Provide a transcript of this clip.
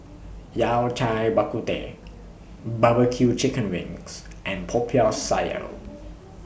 Yao Cai Bak Kut Teh Barbecue Chicken Wings and Popiah Sayur